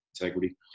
integrity